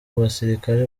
basirikare